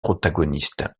protagonistes